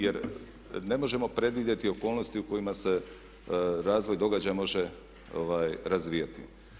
Jer ne možemo predvidjeti okolnosti u kojima se razvoj događaja može razvijati.